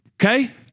Okay